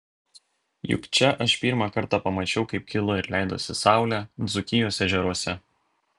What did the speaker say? juk čia aš pirmą kartą pamačiau kaip kilo ir leidosi saulė dzūkijos ežeruose